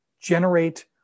generate